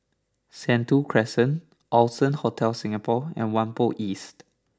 Sentul Crescent Allson Hotel Singapore and Whampoa East